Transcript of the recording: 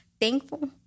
thankful